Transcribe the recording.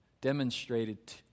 demonstrated